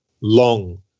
long